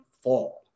fall